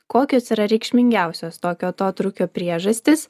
kokios yra reikšmingiausios tokio atotrūkio priežastys